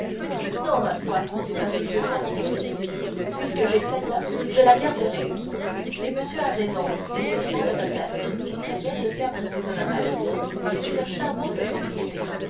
non ma foi dit insoucieusement monte cristo puisque j'ai celle-là je la garderai et monsieur a raison dit vivement le notaire qui craignait de perdre ses honoraires c'est une charmante propriété